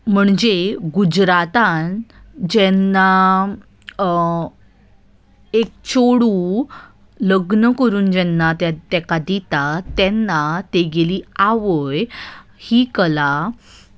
म्हणजे गुजरातान जेन्ना एक चेडूं लग्न करून जेन्ना ताका दिता तेन्ना तागेली आवय ही कला